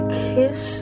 kiss